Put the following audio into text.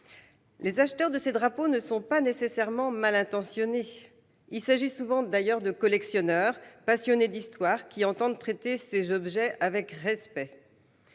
les acheteurs de ces drapeaux ne sont pas nécessairement mal intentionnés. Il s'agit souvent de collectionneurs passionnés d'histoire qui entendent traiter ces objets avec respect.